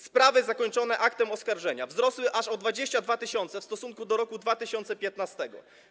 Sprawy zakończone aktem oskarżenia wzrosły aż o 22 tys. w stosunku do roku 2015.